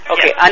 Okay